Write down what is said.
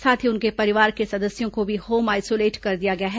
साथ ही उनके परिवार के सदस्यों को भी होम आइसोलेट कर दिया गया है